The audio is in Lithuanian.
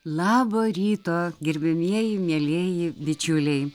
labo ryto gerbiamieji mielieji bičiuliai